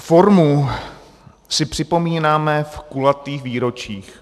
Formu si připomínáme v kulatých výročích.